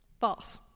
False